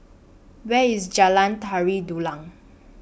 Where IS Jalan Tari Dulang